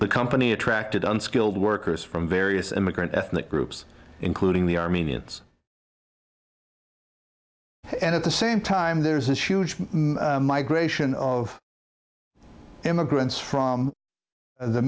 the company attracted unskilled workers from various immigrant ethnic groups including the armenians and at the same time there is this huge migration of immigrants from the